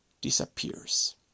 disappears